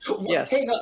yes